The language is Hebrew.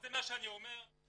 זה מה שאני אומר,